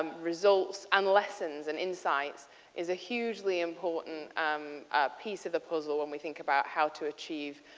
um result and lessons and insight is a hugely important piece of the puzzle and we think about how to achieve,